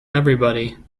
everybody